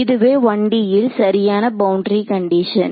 இதுவே 1D ல் சரியான பவுண்டரி கண்டிஷன்